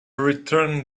return